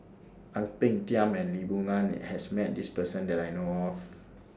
Ang Peng Tiam and Lee Boon Ngan has Met This Person that I know of